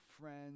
friends